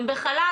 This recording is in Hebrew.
הם בחל"ת,